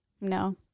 No